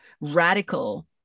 radical